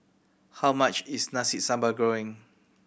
how much is Nasi Sambal Goreng